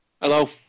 Hello